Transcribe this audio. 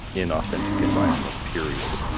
inauthentic environment, period.